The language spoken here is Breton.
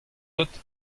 deuet